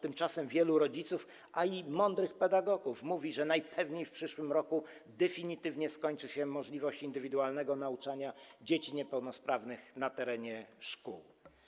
Tymczasem wielu rodziców, a i mądrych pedagogów mówi, że najpewniej w przyszłym roku definitywnie skończy się możliwości indywidualnego nauczania dzieci niepełnosprawnych na terenie szkół.